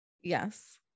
Yes